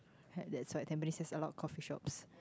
had that's why Tampanies has a lot of coffee shops